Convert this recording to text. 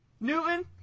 Newton